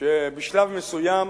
שבשלב מסוים